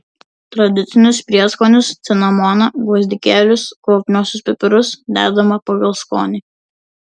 tradicinius prieskonius cinamoną gvazdikėlius kvapniuosius pipirus dedama pagal skonį